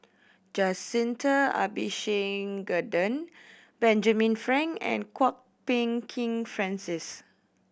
Jacintha Abisheganaden Benjamin Frank and Kwok Peng Kin Francis